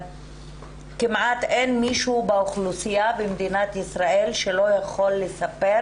שכמעט אין מישהו באוכלוסייה במדינת ישראל שלא יכול לספר